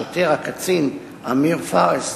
השוטר הקצין אמיר פארס,